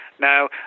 Now